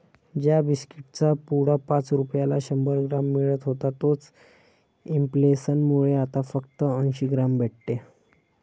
ज्या बिस्कीट चा पुडा पाच रुपयाला शंभर ग्राम मिळत होता तोच इंफ्लेसन मुळे आता फक्त अंसी ग्राम भेटते